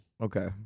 Okay